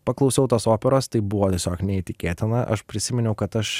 paklausiau tos operos tai buvo tiesiog neįtikėtina aš prisiminiau kad aš